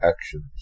actions